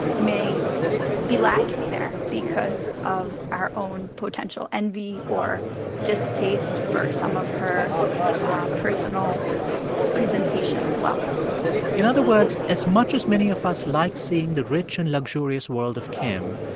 may be lacking there because of our own potential envy or distaste for some of her personal presentation of wealth in other words, as much as many of us like seeing the rich and luxurious world of kim,